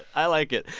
i like it.